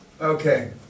Okay